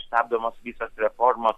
stabdomos visos reformos